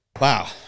Wow